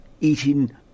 eating